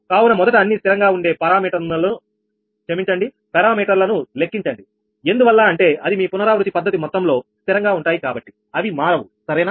కావున మొదట అన్ని స్థిరంగా ఉండే పారామీటర్ లను లెక్కించండి ఎందువల్ల అంటే అది మీ పునరావృతి పద్ధతి మొత్తంలో స్థిరంగా ఉంటాయి కాబట్టి అవి మారవు సరేనా